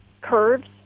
Curves